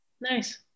Nice